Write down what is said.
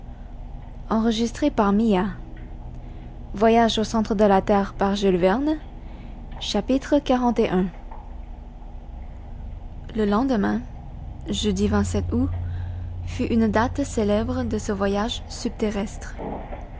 xli le lendemain jeudi août fut une date célèbre de ce voyage